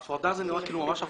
ההפרדה זה נראה כאילו ממש הפרדה.